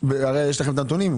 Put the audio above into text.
הרי יש לכם הנתונים,